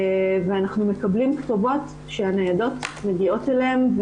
אנחנו מקבלים כתובות שהניידות מגיעות אליהם,